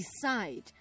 decide